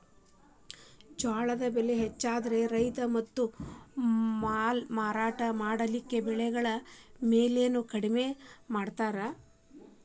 ಜ್ವಾಳದ್ ಬೆಳೆ ಹೆಚ್ಚಾದ್ರ ರೈತ ತಮ್ಮ ಮಾಲ್ ಮಾರಾಟ ಮಾಡಲಿಕ್ಕೆ ಬೆಳೆಗಳ ಬೆಲೆಯನ್ನು ಕಡಿಮೆ ಮಾಡತಾರ್